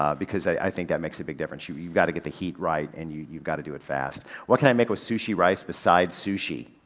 um because i, i think that makes a big difference. you've you've gotta get the heat right and you've you've gotta do it fast. what can i make with sushi rice besides sushi?